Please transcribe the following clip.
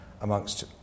amongst